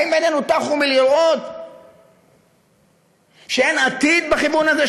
האם עינינו טחו מלראות שאין עתיד בכיוון הזה,